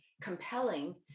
compelling